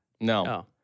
No